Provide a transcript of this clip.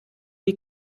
die